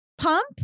pump